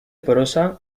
prosa